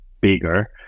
bigger